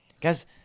Guys